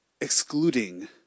excluding